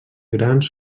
grans